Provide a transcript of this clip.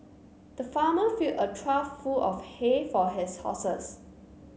the farmer filled a trough full of hay for his horses